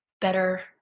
better